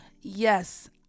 Yes